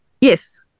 Yes